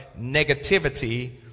negativity